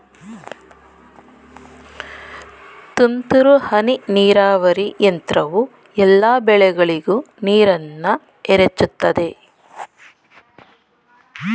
ತುಂತುರು ಹನಿ ನೀರಾವರಿ ಯಂತ್ರವು ಎಲ್ಲಾ ಬೆಳೆಗಳಿಗೂ ನೀರನ್ನ ಎರಚುತದೆ